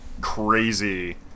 crazy